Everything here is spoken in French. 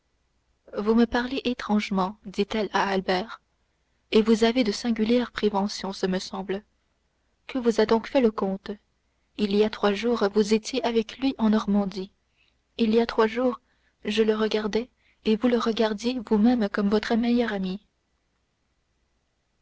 vous me parlez étrangement dit-elle à albert et vous avez de singulières préventions ce me semble que vous a donc fait le comte il y a trois jours vous étiez avec lui en normandie il y a trois jours je le regardais et vous le regardiez vous-même comme votre meilleur ami